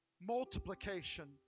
multiplication